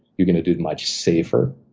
you're gonna do much safer.